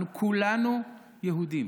אנחנו כולנו יהודים.